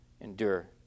endure